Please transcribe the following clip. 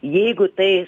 jeigu tai